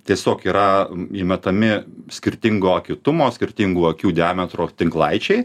tiesiog yra įmetami skirtingo akytumo skirtingų akių diametro tinklaičiai